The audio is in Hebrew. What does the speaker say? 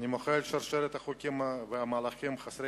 אני מוחה על שרשרת החוקים והמהלכים חסרי